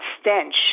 stench